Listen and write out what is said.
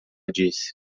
disse